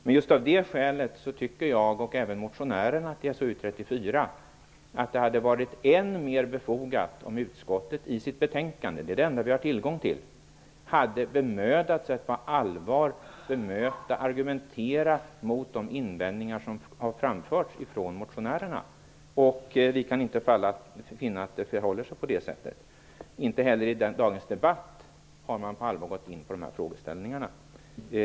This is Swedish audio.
Men just av det skälet tycker jag och övriga som står bakom motionen So34 att det hade varit ännu mera befogat om utskottet i sitt betänkande, det är ju det enda vi har tillgång till, på allvar hade bemödat sig om att bemöta och även argumentera mot de invändningar som framförts av motionärerna. Vi kan inte finna att det förhåller sig på det sättet. Inte heller i dagens debatt har man på allvar gått in på dessa frågeställningar.